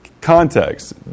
context